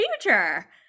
future